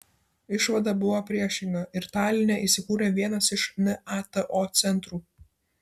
išvada buvo priešinga ir taline įsikūrė vienas iš nato centrų